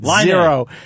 Zero